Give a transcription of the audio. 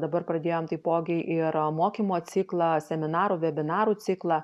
dabar pradėjom taipogi ir mokymo ciklą seminarų vebinarų ciklą